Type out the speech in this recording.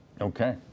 Okay